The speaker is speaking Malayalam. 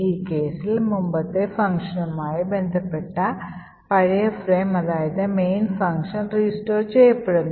ഈ കേസിൽ മുമ്പത്തെ ഫംഗ്ഷനുമായി ബന്ധപ്പെട്ട പഴയ ഫ്രെയിം അതായത് main ഫംഗ്ഷൻ restore ചെയ്യപ്പെടുന്നു